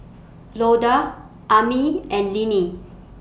Loda Amie and Linnie